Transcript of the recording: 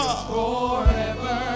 Forever